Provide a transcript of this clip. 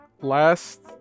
last